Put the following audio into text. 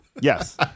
Yes